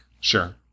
Sure